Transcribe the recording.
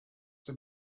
have